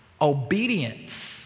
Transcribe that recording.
Obedience